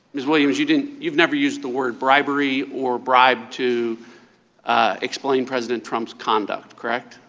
ms. williams, you didn't you've never used the word bribery or bribe to ah explain president trump's conduct, correct?